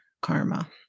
karma